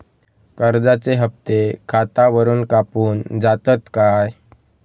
कर्जाचे हप्ते खातावरून कापून जातत काय?